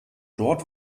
dort